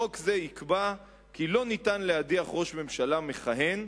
חוק זה יקבע כי לא ניתן להדיח ראש ממשלה מכהן,